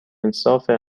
انصافه